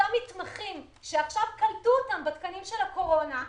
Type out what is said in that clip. אותם מתמחים שעכשיו קלטו אותם בתקנים של הקורונה,